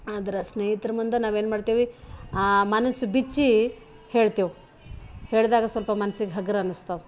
ಆದ್ರೆ ಸ್ನೇಹಿತ್ರ ಮುಂದೆ ನಾವೇನ್ಮಾಡ್ತೀವಿ ಮನಸು ಬಿಚ್ಚಿ ಹೇಳ್ತೇವು ಹೇಳಿದಾಗ ಸ್ವಲ್ಪ ಮನ್ಸಿಗೆ ಸ್ವಲ್ಪ ಹಗುರ ಅನಸ್ತವ